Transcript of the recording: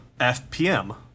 FPM